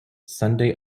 sunday